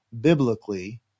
Biblically